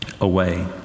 away